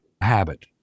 habit